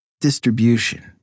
distribution